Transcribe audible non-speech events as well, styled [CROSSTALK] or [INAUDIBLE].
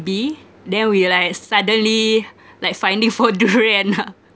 then we like suddenly like finding for durian ah [LAUGHS]